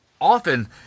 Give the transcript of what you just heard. Often